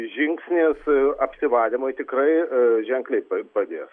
žingsnis apsivalymui tikrai ženkliai pa padės